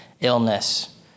illness